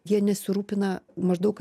jie nesirūpina maždaug